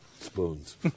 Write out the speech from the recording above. Spoons